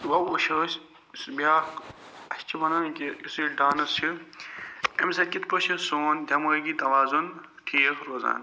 وۄنۍ وُچھو أسۍ بیٛاکھ اسہِ چھِ وَنان کہِ یُس یہِ ڈانٕس چھُ اَمہِ سۭتۍ کِتھ پٲٹھۍ چھُ سون دمٲغی توازُن ٹھیٖک روزان